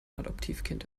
adoptivkind